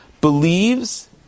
believes